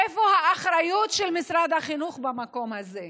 איפה האחריות של משרד החינוך במקום הזה?